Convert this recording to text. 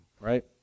right